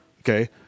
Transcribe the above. Okay